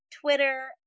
Twitter